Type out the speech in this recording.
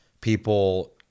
people